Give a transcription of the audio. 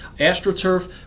astroturf